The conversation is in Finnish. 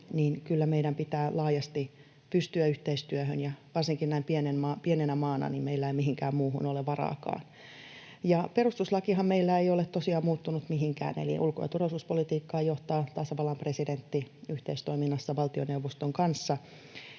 kyllä pitää laajasti pystyä yhteistyöhön, ja varsinkaan näin pienenä maana meillä ei mihinkään muuhun ole varaakaan. Perustuslakihan meillä ei ole tosiaan muuttunut mihinkään, eli ulko- ja turvallisuuspolitiikkaa johtaa tasavallan presidentti yhteistoiminnassa valtioneuvoston kanssa,